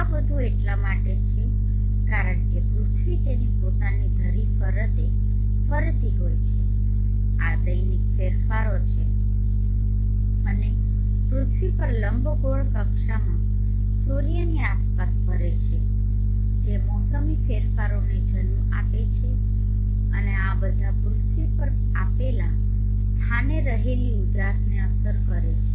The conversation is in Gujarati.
આ બધું એટલા માટે છે કારણ કે પૃથ્વી તેની પોતાની ધરીની ફરતે ફરતી હોય છે આ દૈનિક ફેરફારો છે અને પૃથ્વી પણ લંબગોળ કક્ષામાં સૂર્યની આસપાસ ફરે છે જે મોસમી ફેરફારોને જન્મ આપે છે અને આ બધા પૃથ્વી પર આપેલા સ્થાને રહેલી ઉજાસને અસર કરે છે